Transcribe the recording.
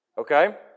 Okay